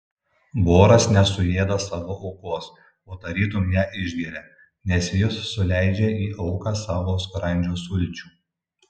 voras nesuėda savo aukos o tarytum ją išgeria nes jis suleidžia į auką savo skrandžio sulčių